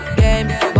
game